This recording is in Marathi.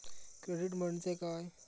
क्रेडिट म्हणजे काय?